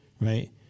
right